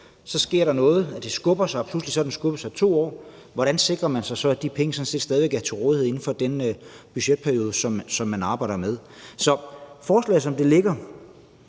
så sker der noget, det skubber sig, og pludselig har det skubbet sig i 2 år, og hvordan sikrer man sig så, at de penge sådan set stadig væk er til rådighed inden for den budgetperiode, som man arbejder med? Så i forhold til forslaget, som det ligger,